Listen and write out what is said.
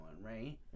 right